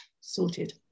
sorted